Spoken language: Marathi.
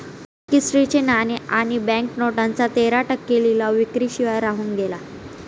क्रिस्टी चे नाणे आणि बँक नोटांचा तेरा टक्के लिलाव विक्री शिवाय राहून गेला